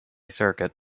circuit